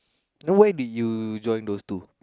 no what you mean you join those two